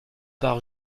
par